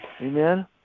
Amen